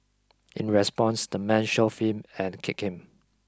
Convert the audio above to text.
in response the man shoved him and kicked him